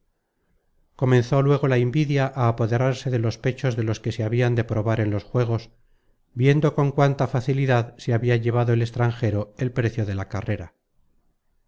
comenzó luego la invidia á apoderarse de los pechos de los que se habian de probar en los juegos viendo con cuánta facilidad se habia llevado el extranjero el precio de la carrera